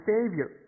Savior